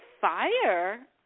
fire